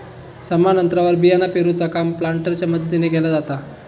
समान अंतरावर बियाणा पेरूचा काम प्लांटरच्या मदतीने केला जाता